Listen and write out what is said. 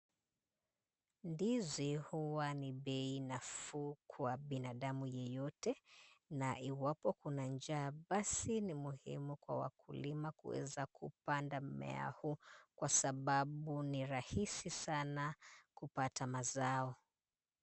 Ndizi huwa ni bei nafuu kwa binadamu yeyote na iwapo kuna njaa, basi ni muhimu kwa wakulima kuweza kupanda mmea huu, kwa sababu ni rahisi sana kupata mazao.